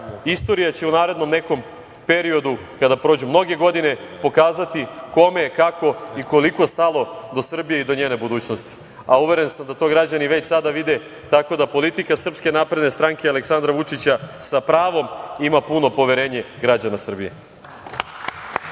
istorija će u narednom nekom periodu kada prođu mnoge godine pokazati kome, kako i koliko stalo do Srbije i do njene budućnosti. Uveren sam da to građani već sada vide, tako da politika SNS Aleksandra Vučića sa pravom ima puno poverenje građana Srbije.